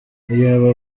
iyaba